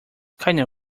kinda